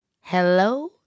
hello